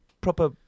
proper